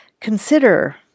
consider